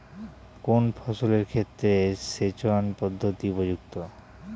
কোন ফসলের ক্ষেত্রে সেচন পদ্ধতি উপযুক্ত?